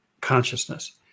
consciousness